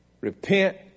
Repent